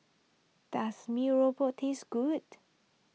does Mee Rebus taste good